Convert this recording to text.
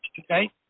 Okay